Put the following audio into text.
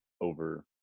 over